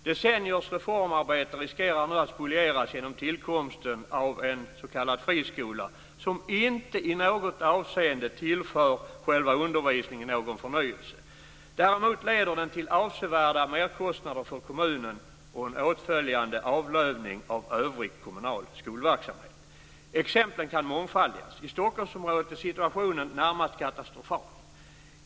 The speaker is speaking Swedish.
Decenniers reformarbete riskerar nu att spolieras genom tillkomsten av en s.k. friskola som inte i något avseende tillför själva undervisningen någon förnyelse. Däremot leder den till avsevärda merkostnader för kommunen och en åtföljande avlövning av övrig kommunal skolverksamhet. Exemplen kan mångfaldigas. I Stockholmsområdet är situationen närmast katastrofal.